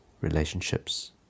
relationships